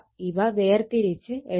ഇവ വേർ തിരിച്ച് എഴുതുക